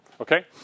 Okay